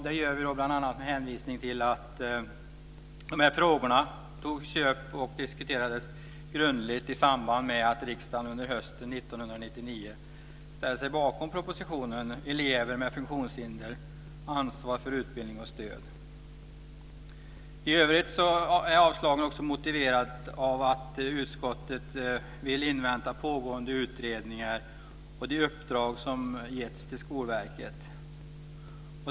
Det gör vi bl.a. med hänvisning till att dessa frågor diskuterades grundligt i samband med att riksdagen hösten 1999 ställde sig bakom propositionen Elever med funktionshinder - ansvar för utbildning och stöd. I övrigt är avslagsyrkandena motiverade av att utskottet vill invänta pågående utredningar och det uppdrag som getts till Skolverket.